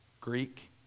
Greek